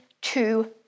two